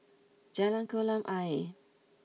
Jalan Kolam Ayer